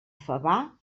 favar